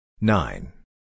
Nine